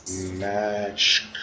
match